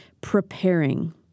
preparing